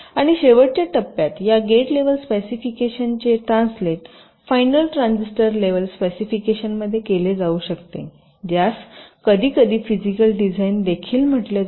आणि शेवटच्या टप्प्यात या गेट लेव्हल स्पेसिफिकेशनचे ट्रान्सलेट फायनल ट्रांझिस्टर लेव्हल स्पेसिफिकेशनमध्ये केले जाऊ शकते ज्यास कधीकधी फिजिकल डिझाइन देखील म्हटले जाते